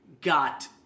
got